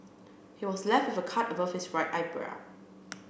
he was left with a cut above his right eyebrow